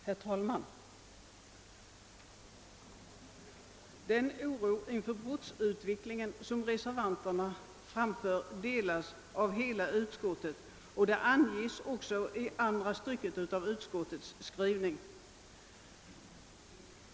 Herr talman! Den oro inför brottsutvecklingen som reservanterna framför delas av hela utskottet och kommer också till uttryck i andra stycket av utskottets skrivning.